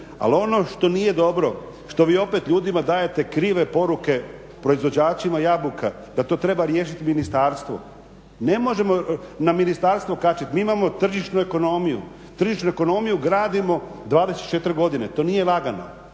Ali ono što nije dobro, što vi opet ljudima dajete krive poruke proizvođačima jabuka, da to treba riješiti ministarstvo. Ne možemo na ministarstvo kačit, mi imamo tržišnu ekonomiju. Tržišnu ekonomiju gradimo 24 godine, to nije lagano,